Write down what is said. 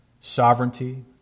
sovereignty